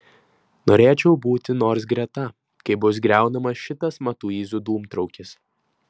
norėčiau būti nors greta kai bus griaunamas šitas matuizų dūmtraukis